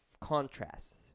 contrast